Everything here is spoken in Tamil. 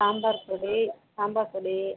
சாம்பார் பொடி சாம்பார் பொடி